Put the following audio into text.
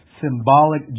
symbolic